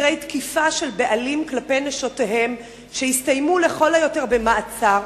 מקרי תקיפה של בעלים כלפי נשותיהם שהסתיימו לכל היותר במעצר,